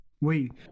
wait